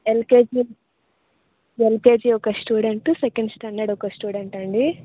LKG LKG ఒక student second standard ఒక student అండీ